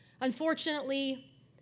Unfortunately